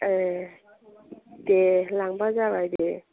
ए दे लांबानो जाबाय दे